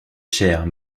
chère